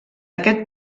aquest